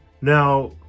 now